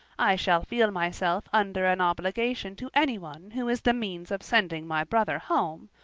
i shall feel myself under an obligation to anyone who is the means of sending my brother home,